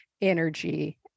energy